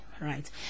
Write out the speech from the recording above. right